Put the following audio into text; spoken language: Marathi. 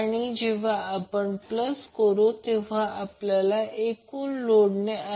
आणि उत्तर 284 अँगल 150° V दिलेले आहे